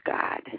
God